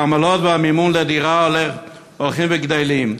והעמלות והמימון לדירה הולכים וגדלים.